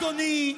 אדוני,